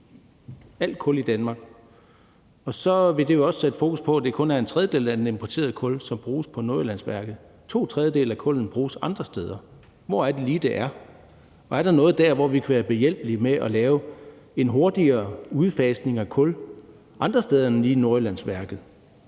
alt kul i Danmark, og så vil det jo også sætte fokus på, at det kun er en tredjedel af det importerede kul, som bruges på Nordjyllandsværket. To tredjedele af kullet bruges andre steder. Hvor er det lige, det er? Og er der noget der, hvor vi kan være behjælpelige med at lave en hurtigere udfasning af kul andre steder end lige på Nordjyllandsværket?